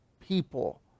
people